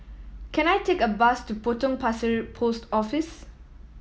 can I take a bus to Potong Pasir Post Office